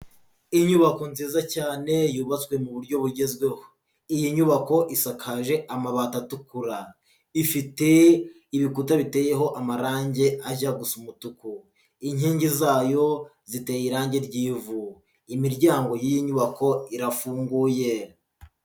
Inyubako nziza cyane yubatswe mu buryo bugezweho, iyi nyubako isakaje amabati atukura, ifite ibikuta biteyeho amarangi ajya gusa umutuku, inkingi zayo ziteye irangi ry'ivu, imiryango y'iyi nyubako irafunguye.